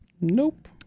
Nope